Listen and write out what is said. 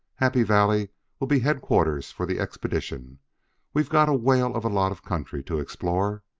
happy valley will be headquarters for the expedition we've got a whale of a lot of country to explore.